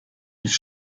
nicht